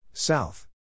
South